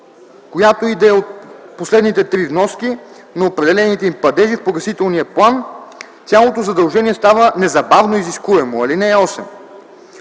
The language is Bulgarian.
която и да е от последните три вноски, на определените им падежи в погасителния план цялото задължение става незабавно изискуемо. (8)